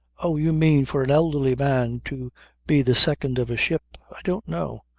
oh, you mean for an elderly man to be the second of a ship. i don't know.